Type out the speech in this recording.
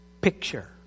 picture